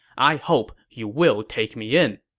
i hope you will take me in.